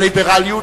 הליברליות,